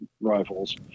Rifles